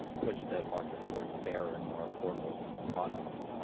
push the market towards fairer and more affordable products. ah,